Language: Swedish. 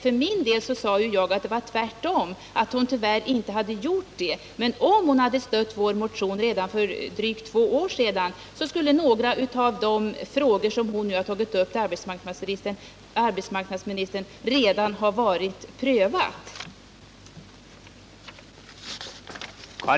För min del sade jag emellertid att det förhöll sig tvärtom, nämligen att hon inte hade stött den socialdemokratiska motion som jag talade om. Om hon hade stött vår motion för drygt två år sedan, skulle några av de frågor som hon tagit upp i sin interpellation till arbetsmarknadsministern redan ha varit prövade.